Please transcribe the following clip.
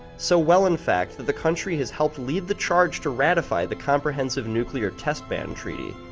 so well in fact that the country has helped lead the charge to ratify the comprehensive nuclear test ban treaty.